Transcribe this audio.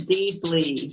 deeply